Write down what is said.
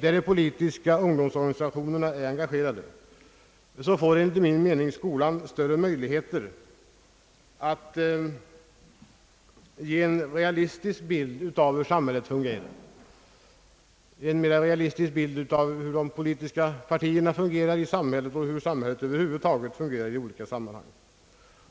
Där de politiska ungdomsorganisationerna är engagerade får skolan enligt min mening större möjligheter att ge en realistisk bild av hur samhället fungerar i olika sammanhang.